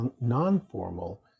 non-formal